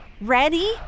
Ready